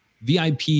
VIP